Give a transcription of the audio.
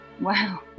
Wow